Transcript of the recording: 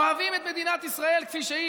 אוהבים את מדינת ישראל כפי שהיא,